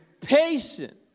patient